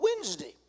Wednesday